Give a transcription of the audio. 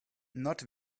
not